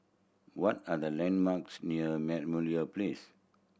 what are the landmarks near Place